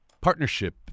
partnership